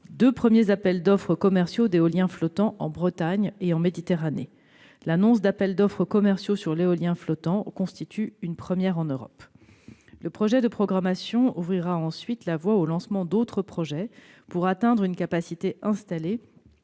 deux premiers appels d'offres commerciaux d'éolien flottant en Bretagne et en Méditerranée. L'annonce d'appels d'offres commerciaux sur l'éolien flottant constitue une première en Europe. Le projet de programmation ouvrira ensuite la voie au lancement d'autres projets pour atteindre une capacité installée